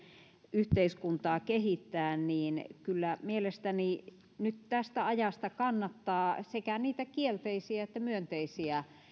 yhteiskuntaa kehittää niin kyllä mielestäni nyt tästä ajasta kannattaa sekä niitä kielteisiä että myönteisiä